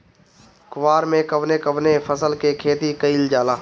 कुवार में कवने कवने फसल के खेती कयिल जाला?